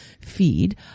feed